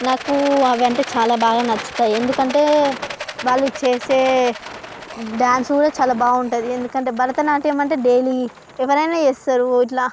నాకు అవి అంటే చాలా బాగా నచ్చుతాయి ఎందుకంటే వాళ్లు చేసే డ్యాన్స్ కూడా చాలా బాగుంటది ఎందుకంటే భరతనాట్యమంటే డైలీ ఎవరైనా ఇస్తారు ఇట్లా